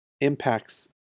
impacts